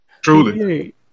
truly